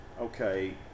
Okay